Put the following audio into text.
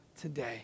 today